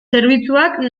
zerbitzuak